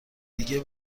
دیگه